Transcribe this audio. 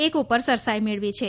એક ઉપર સરસાઈ મળી છે